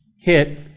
hit